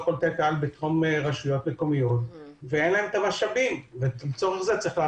קולטי קהל בתחום הרשויות המקומיות ואין להם את המשאבים לטפל בזה.